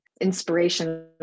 inspiration